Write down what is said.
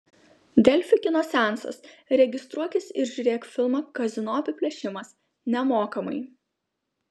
delfi kino seansas registruokis ir žiūrėk filmą kazino apiplėšimas nemokamai